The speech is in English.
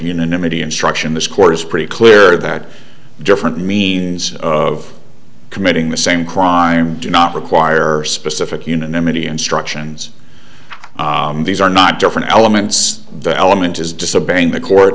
unanimity instruction this court is pretty clear that different means of committing the same crime do not require specific unanimity instructions these are not different elements the element is disobeying the court